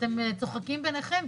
אתם צוחקים ביניכם.